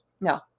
No